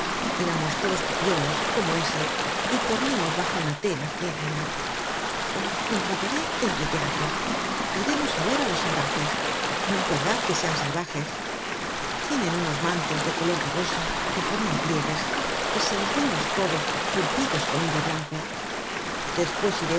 eramos todos pipiolos como ese y corríamos bajo una tela que era el mar os contrataré en mi teatro iremos á ver á los salvajes no es verdad que sean salvajes tienen unos mantos de color de rosa que forman pliegues y se les ven los codos zurcidos con hilo blanco despues